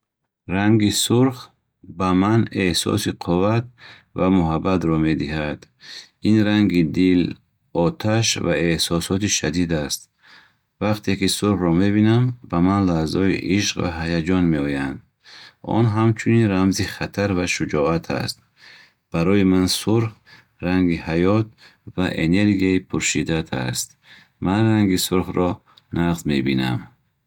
Ранги сурх ба ман эҳсоси қувват ва муҳаббатро медиҳад. Ин ранги дил, оташ ва эҳсосоти шадид аст. Вақте ки сурхро мебинам, ба ман лаҳзаҳои ишқ ва ҳаяҷон меоянд. Он ҳамчунин рамзи хатар ва шуҷоат аст. Барои ман сурх ранги ҳаёт ва энергияи пуршиддат аст. Ман ранги сурхро нағз мебинам.